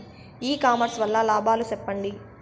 ఇ commerce వల్ల లాభాలు సెప్పండి?